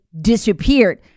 disappeared